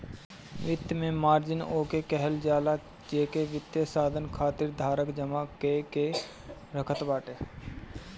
वित्त में मार्जिन ओके कहल जाला जेके वित्तीय साधन खातिर धारक जमा कअ के रखत बाटे